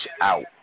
out